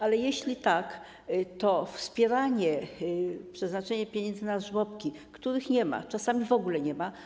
Ale jeśli tak, to wspieranie, przeznaczanie pieniędzy na żłobki, których nie ma - czasami w ogóle ich nie ma.